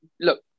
look